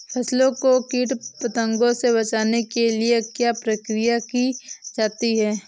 फसलों को कीट पतंगों से बचाने के लिए क्या क्या प्रकिर्या की जाती है?